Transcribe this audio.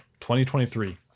2023